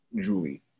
julie